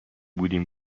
بودیم